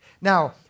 Now